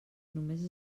només